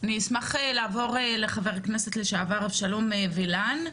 אני אשמח לעבור לחה"כ לשעבר אבשלום וילן,